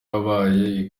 wabaye